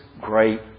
great